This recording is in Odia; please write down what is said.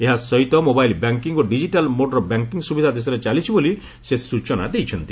ଏହା ସହିତ ମୋବାଇଲ୍ ବ୍ୟାଙ୍କିଙ୍ଗ୍ ଓ ଡିକିଟାଲ୍ ମୋଡ୍ର ବ୍ୟାଙ୍କିଙ୍ଗ ସୁବିଧା ଦେଶରେ ଚାଲିଛି ବୋଲି ସେ ସୂଚନା ଦେଇଛନ୍ତି